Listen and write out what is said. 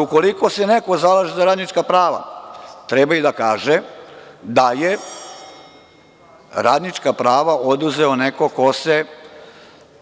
Ukoliko se neko zalaže za radnička prava treba i da kaže da je radnička prava oduzeo neko ko se